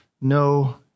no